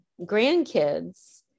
grandkids